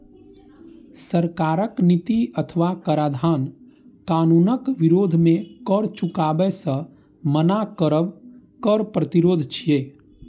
सरकारक नीति अथवा कराधान कानूनक विरोध मे कर चुकाबै सं मना करब कर प्रतिरोध छियै